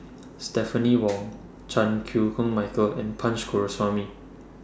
Stephanie Wong Chan Chew Koon Michael and Punch Coomaraswamy